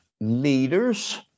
leaders